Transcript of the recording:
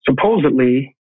supposedly